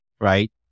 right